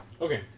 Okay